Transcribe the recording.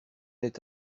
est